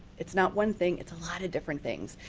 it's not one thing. it's a lot of different things.